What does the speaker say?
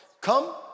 Come